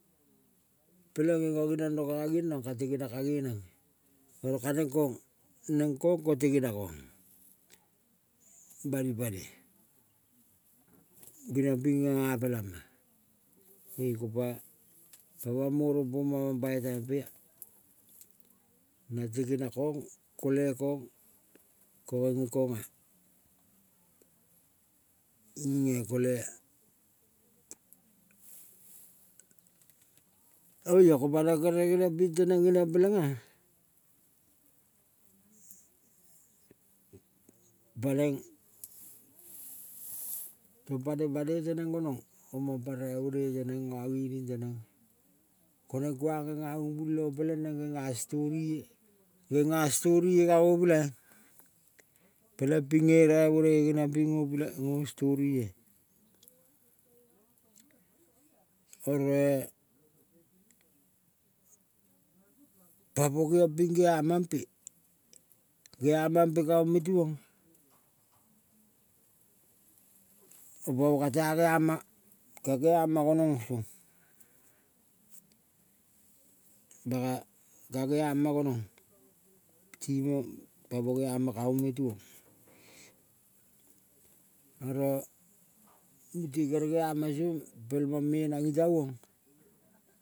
Peleng ngenga geniong rong ka kangendrong ka tegena ka geneng oro ka neng kong, neng kong ko tegena kong bani pane, gingiong ping genga pelama. Ekopa pama mo rong poma mambai taimpea na tegena kong, kole kong ko geng ge konga nginge kolea. Oia ko paneng kere geniong ping teneng geniong pelenga, paneng tong paneng banoi teneng gonong omang pa raivonoi teneng ngangining teng. Ko neng kuang genga umbul leong peleng neng genga storie. Genga storie kango pilai peleng pinge raivonoi geniong pingo pilai ngo storiea, oroe pamo ping gea mampe. Gea mampe kaong metuong, pamo kata geama ka geama gonong song. ka geama gonong timong tamo geama kaong metuong oro mute kere geama song pel mang menang ngitavong.